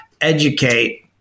educate